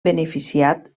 beneficiat